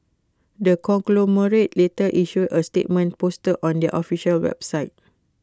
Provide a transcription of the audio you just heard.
the conglomerate later issued A statement posted on their official website